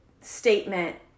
statement